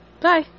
bye